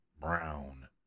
brown